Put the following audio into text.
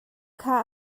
kha